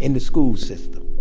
in the school system.